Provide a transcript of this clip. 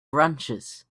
branches